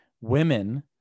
women